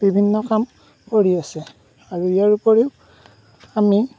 বিভিন্ন কাম কৰি আছে আৰু ইয়াৰ ওপৰিও আমি